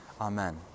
Amen